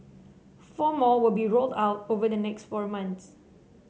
four more will be rolled out over the next four months